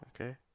Okay